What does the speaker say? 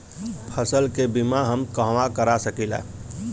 फसल के बिमा हम कहवा करा सकीला?